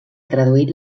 traduït